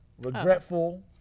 regretful